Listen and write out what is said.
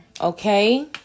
Okay